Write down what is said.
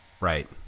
Right